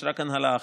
יש רק הנהלה אחת,